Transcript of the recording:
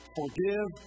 forgive